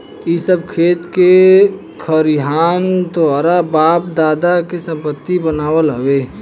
इ सब खेत खरिहान तोहरा बाप दादा के संपत्ति बनाल हवे